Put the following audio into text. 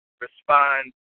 respond